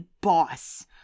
Boss